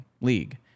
League